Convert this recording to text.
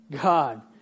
God